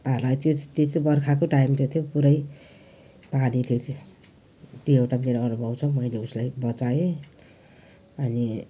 पार लाएँ त्यो त्यो चाहिँ बर्खाको टाइम त्यो थियो त्यो चाहिँ पुरै पानी थियो त्यो त्यो एउटा मेरो अनुभव छ मैले उसलाई बचाएँ अनि